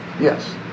Yes